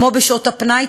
כמו בשעות הפנאי,